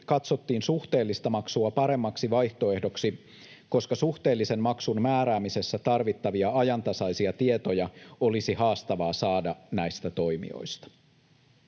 katsottiin suhteellista maksua paremmaksi vaihtoehdoksi, koska suhteellisen maksun määräämisessä tarvittavia ajantasaisia tietoja olisi haastavaa saada näistä toimijoista.